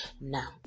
now